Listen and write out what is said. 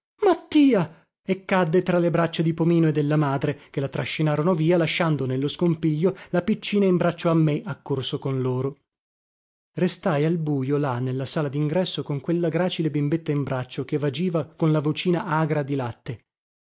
mattia e cadde tra le braccia di pomino e della madre che la trascinarono via lasciando nello scompiglio la piccina in braccio a me accorso con loro restai al bujo là nella sala dingresso con quella gracile bimbetta in braccio che vagiva con la vocina agra di latte